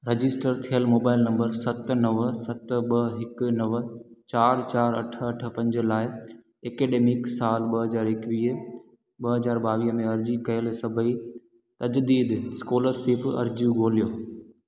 register थियल mobile number सत नव सत ॿ हिकु नव चारि चारि अठ अठ पंज लाइ एकडेमिक साल ॿ हज़ार एकवीह ॿ हज़ार ॿावहअ में अर्ज़ी कयल सभई तजदीद स्कोलरशिप अर्जियूं ॻोल्हियो